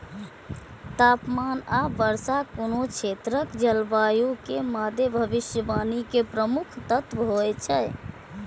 तापमान आ वर्षा कोनो क्षेत्रक जलवायु के मादे भविष्यवाणी के प्रमुख तत्व होइ छै